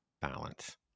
balance